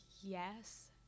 Yes